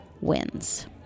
wins